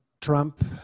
Trump